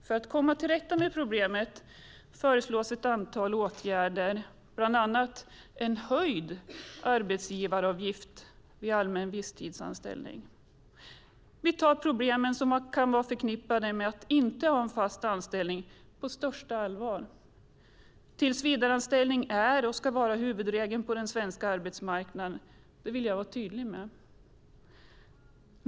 För att komma till rätta med problemet föreslås ett antal åtgärder, bland annat höjd arbetsgivaravgift vid allmän visstidsanställning. Vi tar de problem som kan vara förknippade med att inte ha en fast anställning på största allvar. Tillsvidareanställning är och ska vara huvudregeln på den svenska arbetsmarknaden. Det vill jag vara tydlig med.